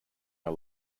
her